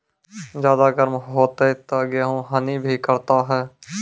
ज्यादा गर्म होते ता गेहूँ हनी भी करता है?